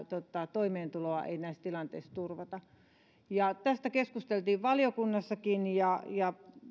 toimeentuloa ei näissä tilanteissa turvata tästä keskusteltiin valiokunnassakin ja